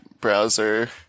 browser